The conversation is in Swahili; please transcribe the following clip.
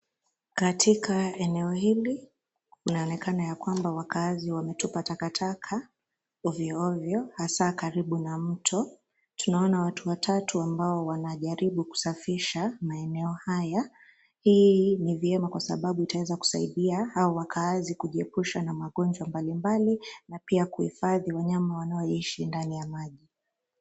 Katika eneo hili, inaonekana ya kwamba wakaazi wametupa takataka ovyo ovyo hasaa karibu na mto. Tunaona watu watatu ambao wanajaribu kusafisha maeneo haya. Hii ni vyema kwa sababu utaweza kusaidia hao wakaazi kujiepusha na magonjwa mbalimbali na pia kuhifadhi wanyama wanaoishi ndani ya maji.